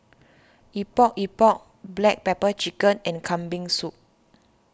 Epok Epok Black Pepper Chicken and Kambing Soup